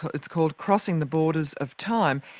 it's called crossing the borders of time.